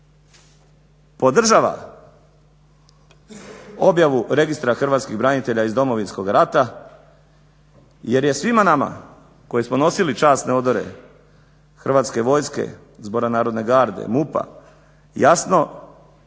primjedbe podržava objavu Registra hrvatskih branitelja iz domovinskog rata jer je svima nama koji smo nosili časne odore Hrvatske vojske, Zbora narodne garde, MUP-a jasno